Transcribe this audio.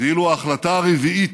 ואילו ההחלטה הרביעית,